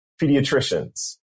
pediatricians